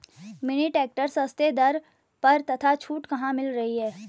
Mini tractor सस्ते दर पर तथा छूट कहाँ मिल रही है?